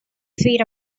feet